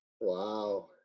Wow